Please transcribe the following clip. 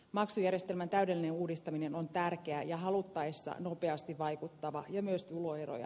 maksujärjestelmän täydellinen uudistaminen on tärkeä ja haluttaessa nopeasti vaikuttava ja myös tuloeroja